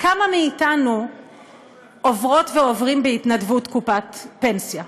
כמה מאתנו עוברות ועוברים בהתנדבות קופת פנסיה?